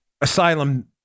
asylum